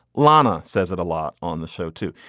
lana says it a lot on the show, too,